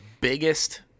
biggest